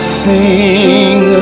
sing